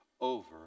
over